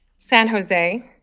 san jose,